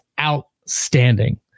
outstanding